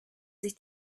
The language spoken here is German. sich